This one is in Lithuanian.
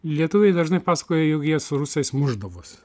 lietuviai dažnai pasakoja jog jie su rusais mušdavos